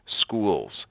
schools